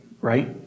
right